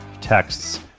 texts